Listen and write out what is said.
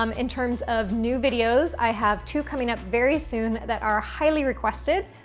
um in terms of new videos, i have two coming up very soon that are highly requested.